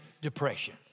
depression